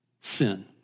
sin